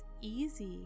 easy